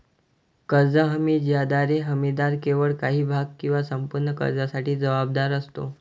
कर्ज हमी ज्याद्वारे हमीदार केवळ काही भाग किंवा संपूर्ण कर्जासाठी जबाबदार असतो